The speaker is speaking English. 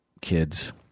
kids